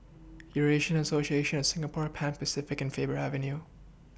Eurasian Association of Singapore Pan Pacific and Faber Avenue